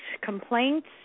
complaints